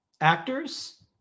actors